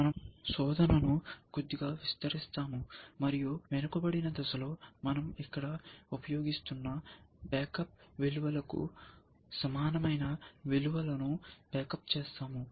మనం శోధనను కొద్దిగా విస్తరిస్తాము మరియు వెనుకబడిన దశలో మనం ఇక్కడ ఉపయోగిస్తున్న బ్యాకప్ విలువలకు సమానమైన విలువలను బ్యాకప్ చేస్తాము